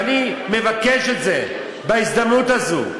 ואני מבקש את זה בהזדמנות הזו,